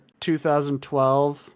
2012